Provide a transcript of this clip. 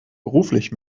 beruflich